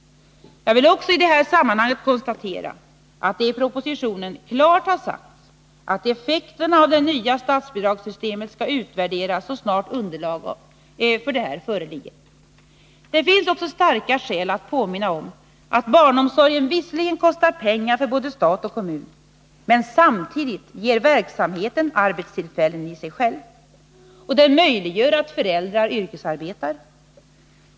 Jag vill också i det här sammanhanget konstatera att det i propositionen klart har sagts att effekterna av det nya statsbidragssystemet skall utvärderas så snart underlag för detta föreligger. Det finns också starka skäl att påminna om att barnomsorgen visserligen kostar pengar för både stat och kommun, men samtidigt ger verksamheten arbetstillfällen i sig själv och möjliggör att föräldrar kan yrkesarbeta.